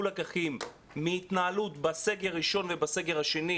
לקחים מההתנהלות בסגר הראשון ובסגר השני,